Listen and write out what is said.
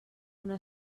una